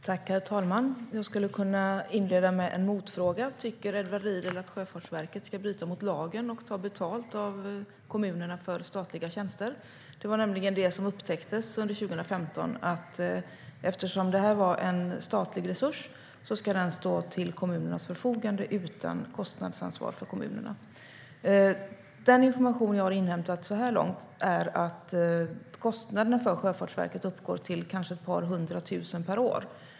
Herr talman! Jag skulle kunna inleda med en motfråga: Tycker Edward Riedl att Sjöfartsverket ska bryta mot lagen och ta betalt av kommunerna för statliga tjänster? Det var nämligen detta som upptäcktes under 2015. Man kom fram till att eftersom detta var en statlig resurs ska den stå till kommunernas förfogande utan kostnadsansvar för kommunerna. Den information jag har är att kostnaderna för Sjöfartsverket per år uppgår till kanske ett par hundra tusen.